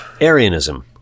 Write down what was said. Arianism